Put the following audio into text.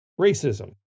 racism